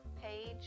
page